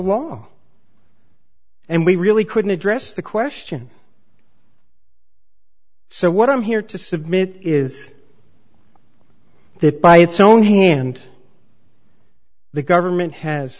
law and we really couldn't address the question so what i'm here to submit is that by its own hand the government has